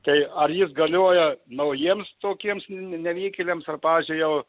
tai ar jis galioja naujiems tokiems nevykėliams ar pavyzdžiui jau